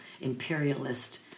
imperialist